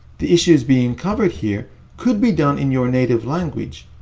the issues being covered here could be done in your native language,